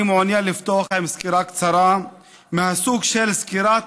אני מעוניין לפתוח עם סקירה קצרה מהסוג של סקירת